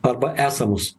arba esamus